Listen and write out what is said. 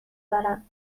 دارم